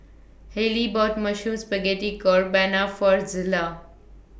Hailee bought Mushroom Spaghetti Carbonara For Zillah